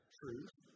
truth